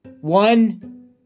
One